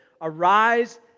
Arise